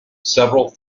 several